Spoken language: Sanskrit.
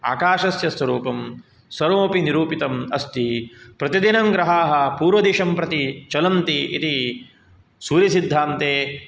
आकाशस्य स्वरूपं सर्वमपि निरूपितम् अस्ति प्रतिदिनं ग्रहाः पूर्वदिशं प्रति चलन्ति इति सूर्यसिद्धान्ते